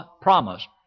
promise